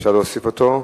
אפשר להוסיף אותו.